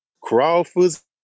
Crawford's